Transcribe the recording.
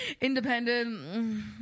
independent